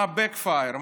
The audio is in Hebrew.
מה ה-back fire,